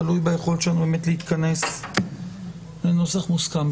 זה תלוי ביכולת שלנו להתכנס לנוסח מוסכם.